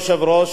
ראשית כול,